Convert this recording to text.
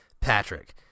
Patrick